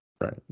Right